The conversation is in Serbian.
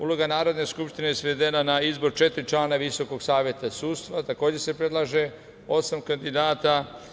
Uloga Narodne skupštine svedena je na izbor četiri člana Visokog saveta sudstva, takođe se predlaže osam kandidata.